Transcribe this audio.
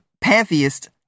pantheist